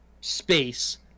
space